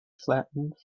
flattened